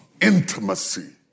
intimacy